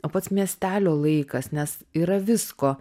o pats miestelio laikas nes yra visko